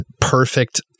perfect